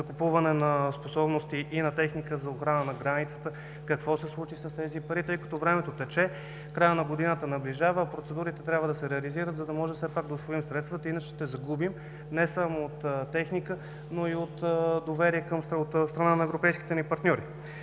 закупуване на способности и техника за охрана на границата – какво се случва с тези пари? Времето тече, краят на годината наближава, а процедурите трябва да се реализират, за да може все пак да усвоим средствата, иначе ще загубим не само от техника, но и от доверие от страна на европейските ни партньори.